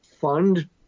fund